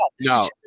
No